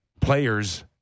players